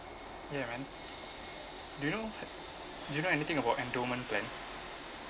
ya man do you know do you know anything about endowment plan